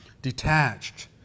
detached